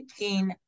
18